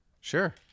Sure